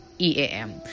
EAM